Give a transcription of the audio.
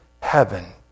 heaven